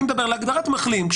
אני מדבר על הגדרת מחלים,